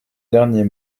dernier